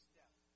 death